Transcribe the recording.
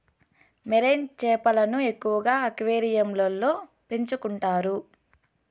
marine చేపలను ఎక్కువగా అక్వేరియంలలో పెంచుకుంటారు